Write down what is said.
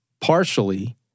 partially